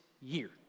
year